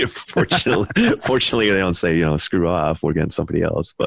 ah fortunately fortunately they don't say, you know, screw off, we're getting somebody else. but